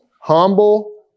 Humble